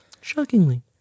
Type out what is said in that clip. Shockingly